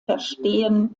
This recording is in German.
verstehen